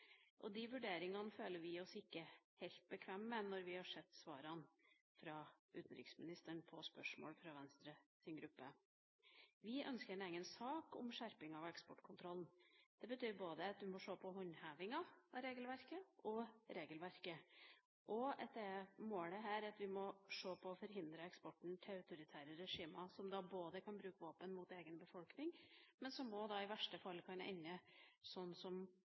De vurderingene føler vi oss ikke helt bekvemme med når vi har sett svarene fra utenriksministeren på spørsmål fra Venstres gruppe. Vi ønsker en egen sak om skjerping av eksportkontrollen. Det betyr at man må se både på håndhevinga av regelverket og på regelverket. Målet er at vi må se på om vi kan forhindre eksport til autoritære regimer som kan bruke våpen mot egen befolkning, og der det i verste fall kan ende, sånn som